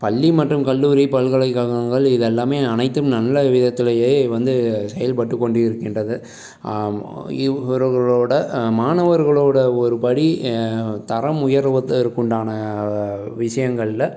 பள்ளி மற்றும் கல்லூரி பல்கலைக்கழகங்கள் இதெல்லாமே அனைத்தும் நல்ல விதத்திலையே வந்து செயல்பட்டுக்கொண்டு இருக்கின்றது இவர்களோடய மாணவர்களோட ஒரு படி தரம் உயர்வதற்குண்டான விஷயங்கள்ல